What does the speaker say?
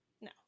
no